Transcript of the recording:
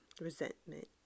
resentment